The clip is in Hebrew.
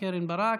קרן ברק,